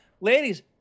ladies